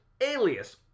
Alias